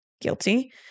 Guilty